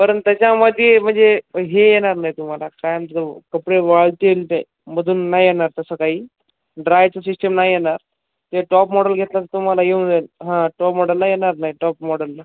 पण त्याच्यामध्ये म्हणजे हे येणार नाही तुम्हाला काय आमचे कपडे वाळतील ते मधून नाही येणार तसं काही ड्रायचं सिस्टीम नाही येणार ते टॉप मॉडल घेतलं तर तुम्हाला येऊन येईल हा टॉप मॉडलला येणार नाही टॉप मॉडेलला